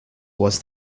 was